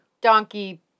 donkey